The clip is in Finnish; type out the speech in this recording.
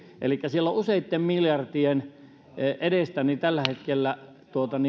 elikkä siellä on useitten miljardien edestä tällä hetkellä